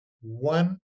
one